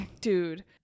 Dude